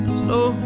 slow